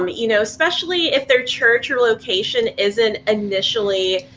um you know, especially if their church or location isn't initially,